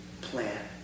plan